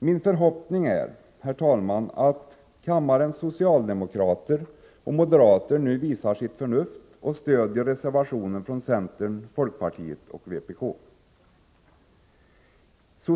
Min förhoppning är, herr talman, att kammarens socialdemokrater och moderater nu visar sitt förnuft och stödjer reservationen från centern, folkpartiet och vpk.